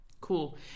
cool